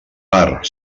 per